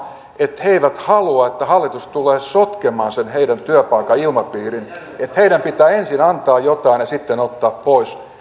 että he eivät halua että hallitus tulee sotkemaan sen heidän työpaikkansa ilmapiirin että heidän pitää ensin antaa jotain ja sitten ottaa pois